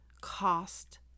Cost